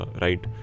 right